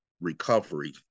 recovery